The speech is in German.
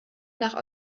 nach